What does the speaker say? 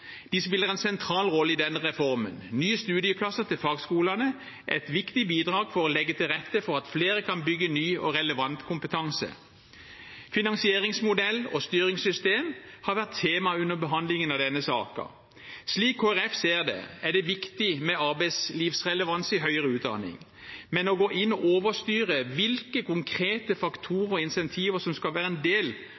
De spiller en sentral rolle i denne reformen. Nye studieplasser til fagskolene er et viktig bidrag for å legge til rette for at flere kan bygge ny og relevant kompetanse. Finansieringsmodell og styringssystem har vært tema under behandlingen av denne saken. Slik Kristelig Folkeparti ser det, er det viktig med arbeidslivsrelevans i høyere utdanning, men å gå inn og overstyre hvilke konkrete